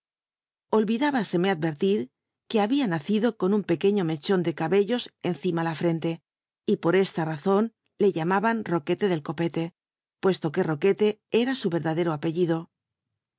emc adrertir que había nacido con un pequeño mcchon de cabello encima la frente y por esta razon le llamalmn ror uetc del copete puesto ijuo ror uetc era su verdadero apellido